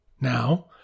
Now